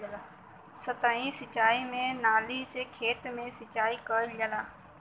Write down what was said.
सतही सिंचाई में नाली से खेत के सिंचाई कइल जाला